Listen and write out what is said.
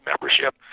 membership